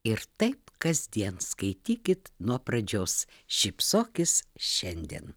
ir taip kasdien skaitykit nuo pradžios šypsokis šiandien